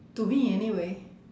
to me anyway